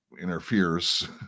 interferes